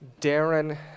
Darren